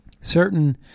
certain